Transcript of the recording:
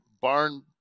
barn